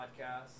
podcast